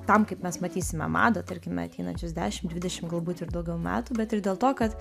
tam kaip mes matysime madą tarkime ateinančius dešimt dvidešimt galbūt ir daugiau metų bet ir dėl to kad